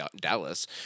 dallas